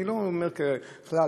אני לא אומר ככלל,